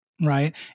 right